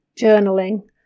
journaling